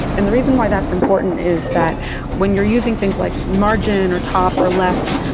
and the reason why that's important is that when you're using things like margined or top or left,